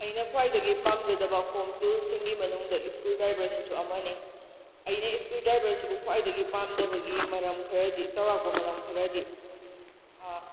ꯑꯩꯅ ꯈ꯭ꯋꯥꯏꯗꯒꯤ ꯄꯥꯝꯖꯗꯕ ꯍꯣꯝ ꯇꯨꯜꯁ ꯁꯤꯡꯒꯤ ꯃꯅꯨꯡꯗ ꯏꯁꯀ꯭ꯔꯨ ꯗ꯭ꯔꯥꯏꯕꯔꯁꯤꯁꯨ ꯑꯃꯅꯤ ꯑꯩꯅ ꯏꯁꯀ꯭ꯔꯨ ꯗ꯭ꯔꯥꯏꯕꯔꯁꯤꯕꯨ ꯈ꯭ꯋꯥꯏꯗꯒꯤ ꯄꯥꯝꯗꯕꯒꯤ ꯃꯔꯝ ꯈꯔꯗꯤ ꯆꯥꯎꯔꯥꯛꯄ ꯃꯔꯝ ꯈꯔꯗꯤ